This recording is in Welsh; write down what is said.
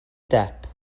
depp